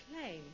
claim